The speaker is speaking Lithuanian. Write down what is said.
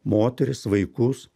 moteris vaikus